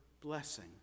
blessing